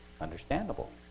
Understandable